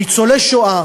ניצולי השואה